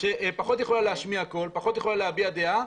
שפחות יכולה להשמיע קול ופחות יכולה להביע דעה,